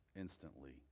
instantly